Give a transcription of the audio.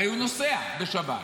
הרי הוא נוסע בשבת,